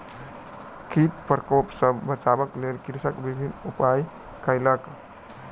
कीट प्रकोप सॅ बचाबक लेल कृषक विभिन्न उपाय कयलक